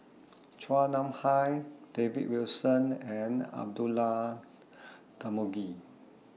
Chua Nam Hai David Wilson and Abdullah Tarmugi